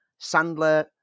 Sandler